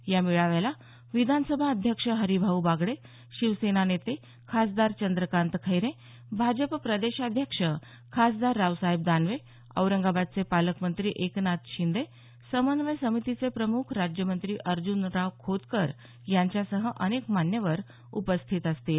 या मेळाव्याला विधानसभा अध्यक्ष हरिभाऊ बागडे शिवसेना नेते खासदार चंद्रकांत खैरे भाजप प्रदेश अध्यक्ष खासदार रावसाहेब दानवे औरंगाबादचे पालकमंत्री एकनाथ शिंदे समन्वय समितीचे प्रमुख राज्यमंत्री अर्ज्नराव खोतकर यांच्यासह अनेक मान्यवर उपस्थित असतील